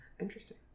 Interesting